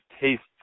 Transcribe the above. tastes